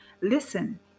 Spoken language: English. listen